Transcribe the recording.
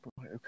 Okay